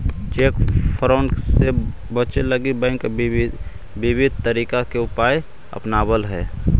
cheque fraud से बचे लगी बैंक विविध तरीका के उपाय अपनावऽ हइ